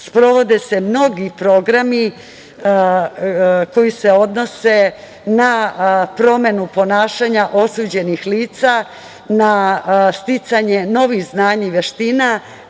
Sprovode se mnogi programi koji se odnose na promenu ponašanja osuđenih lica, na sticanje novih znanja i veština,